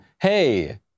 Hey